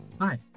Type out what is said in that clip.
Hi